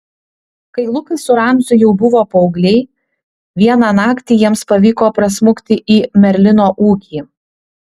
kai lukas su ramziu jau buvo paaugliai vieną naktį jiems pavyko prasmukti į merlino ūkį